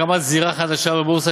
הקמת זירה חדשה בבורסה,